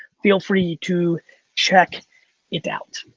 feel free to check it out.